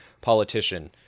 politician